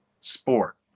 sport